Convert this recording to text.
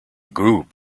group